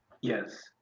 Yes